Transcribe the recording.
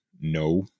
No